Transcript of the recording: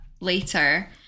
later